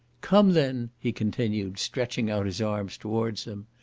come, then! he continued, stretching out his arms towards them,